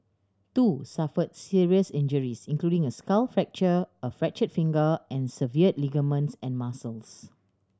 two suffered serious injuries including a skull fracture a fractured finger and severed ligaments and muscles